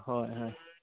হয় হয়